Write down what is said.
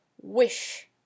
wish